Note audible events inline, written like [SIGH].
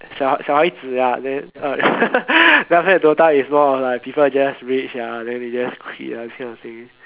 小小孩子 lah then [LAUGHS] then after that dota is more like people just rage lah then they just quit lah that kind of thing